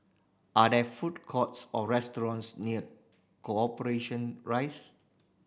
are there food courts or restaurants near Corporation Rise